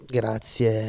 grazie